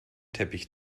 teppich